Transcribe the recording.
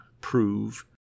prove